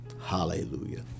Hallelujah